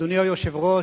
אדוני היושב-ראש,